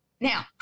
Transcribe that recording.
Now